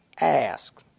ask